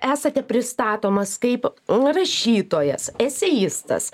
esate pristatomas kaip rašytojas eseistas